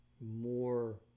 more